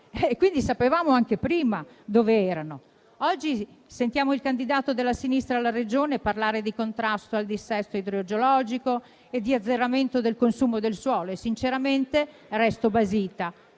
quindi sapevamo anche prima dov'erano. Oggi sentiamo il candidato della sinistra alla presidenza della Regione parlare di contrasto al dissesto idrogeologico e di azzeramento del consumo del suolo e sinceramente resto basita,